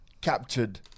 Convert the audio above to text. captured